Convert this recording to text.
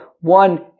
one